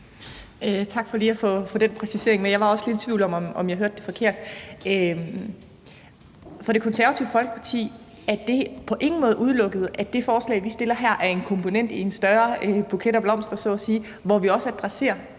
at vi lige fik den præcisering med – jeg var også i tvivl om, om jeg hørte det forkert. For Det Konservative Folkeparti er det på ingen måde udelukket, at det forslag, vi fremsætter her, er en komponent i en større buket blomster, om man så må sige, hvor vi også adresserer